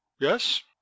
Yes